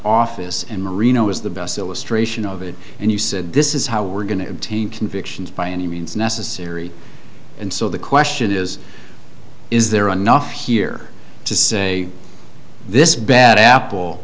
office in reno is the best illustration of it and you said this is how we're going to obtain convictions by any means necessary and so the question is is there enough here to say this bad apple